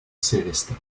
sélestat